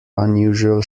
unusual